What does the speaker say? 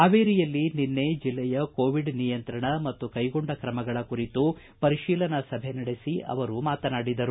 ಹಾವೇರಿಯಲ್ಲಿ ನಿನ್ನೆ ಜಿಲ್ಲೆಯ ಕೋವಿಡ್ ನಿಯಂತ್ರಣ ಮತ್ತು ಕೈಗೊಂಡ ಕ್ರಮಗಳ ಕುರಿತಂತೆ ಪರಿಶೀಲನಾ ಸಭೆ ನಡೆಸಿ ಅವರು ಮಾತನಾಡಿದರು